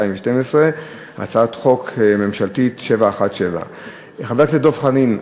התשע"ב 2012. הצעת חוק ממשלתית 717. חבר הכנסת דב חנין.